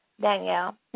Danielle